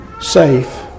safe